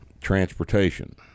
transportation